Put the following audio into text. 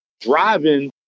driving